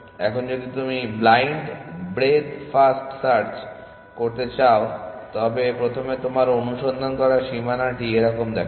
এখন যদি তুমি ব্লাইন্ড ব্রেডথ ফার্স্ট সার্চ করতে চাও তবে প্রথমে তোমার অনুসন্ধান করা সীমানাটি এরকম দেখাবে